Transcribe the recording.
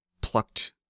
plucked